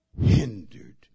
hindered